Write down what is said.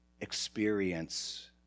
experience